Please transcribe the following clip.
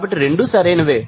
కాబట్టి రెండూ సరైనవే